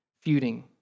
Feuding